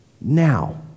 now